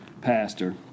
pastor